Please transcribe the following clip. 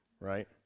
right